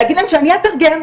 להגיד להם שאני אתרגם.